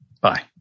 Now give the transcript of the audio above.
Bye